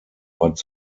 but